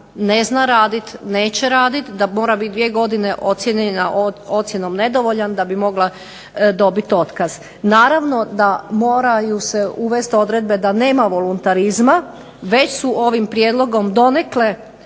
ne zna raditi, neće raditi, da mora biti dvije godine ocijenjena ocjenom nedovoljan da bi mogla dobiti otkaz. Naravno da se moraju uvesti odredbe da nema volonterizma, već su ovim prijedlogom donekle